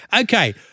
Okay